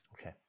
Okay